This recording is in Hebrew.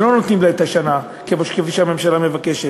שלא נותנים לה את השנה כפי שהיא מבקשת.